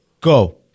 Go